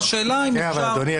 אדוני,